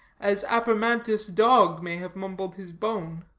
as apermantus' dog may have mumbled his bone.